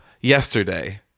yesterday